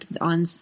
on